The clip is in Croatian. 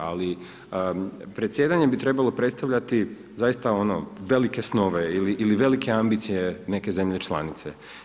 Ali, predsjedanjem bi trebalo predstavljati, zaista ono velike snove ili velike ambicije neke zemlje članice.